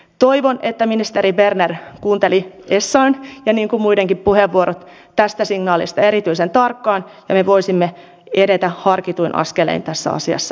toivon että ministeri berner kuunteli essayah n puheenvuoron niin kuin muidenkin puheenvuorot tästä signaalista erityisen tarkkaan ja me voisimme edetä harkituin askelin tässä asiassa eteenpäin